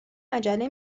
عجله